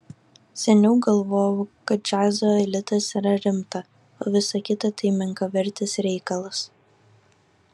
seniau galvojau kad džiazo elitas yra rimta o visa kita tai menkavertis reikalas